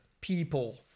people